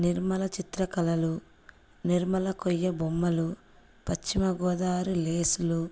నిర్మల చిత్రకళలు నిర్మల కొయ్య బొమ్మలు పశ్చిమగోదావరి లేసులు